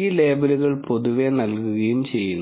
ഈ ലേബലുകൾ പൊതുവെ നൽകുകയും ചെയ്യുന്നു